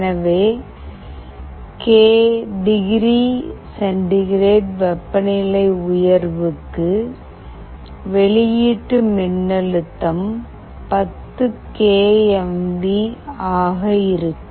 எனவே K degree centigrade வெப்பநிலை உயர்வுக்கு வெளியீட்டு மின்னழுத்தம் 10 கே எம் வி ஆக இருக்கும்